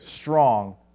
strong